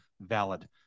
valid